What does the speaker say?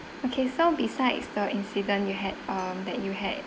okay so besides the incident you had um that you had